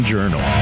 Journal